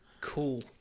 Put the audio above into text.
Cool